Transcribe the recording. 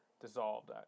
dissolved